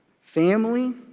family